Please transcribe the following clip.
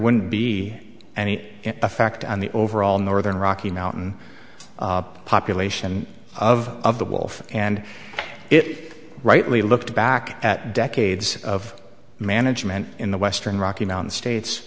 wouldn't be any effect on the overall northern rocky mountain population of of the wolf and it rightly looked back at decades of management in the western rocky mountain states